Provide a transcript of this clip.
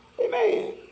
Amen